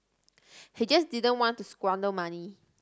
he just didn't want to squander money